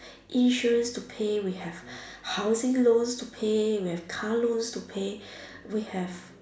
insurance to pay we have housing loans to pay we have car loans to pay we have